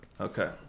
okay